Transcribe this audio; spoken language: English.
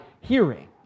hearing